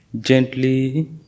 Gently